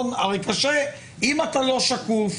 אם אתה לא שקוף,